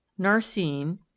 Narcine